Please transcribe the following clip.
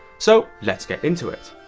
so let's get into it!